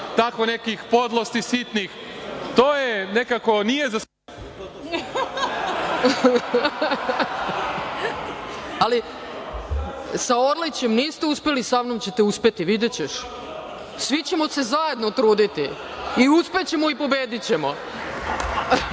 tako nekih podlosti sitnih. To je nekako…. **Ana Brnabić** Sa Orlićem niste uspeli, sa mnom ćete uspeti, videćeš. Svi ćemo se zajedno truditi i uspećemo i pobedićemo. Reč